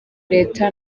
leta